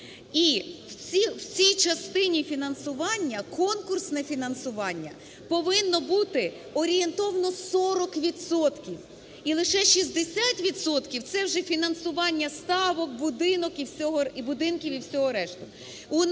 І в цій частині фінансування конкурсне фінансування повинно бути орієнтовно 40 відсотків і лише 60 відсотків – це вже фінансування ставок, будинків і всього решти.